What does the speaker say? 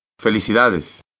Felicidades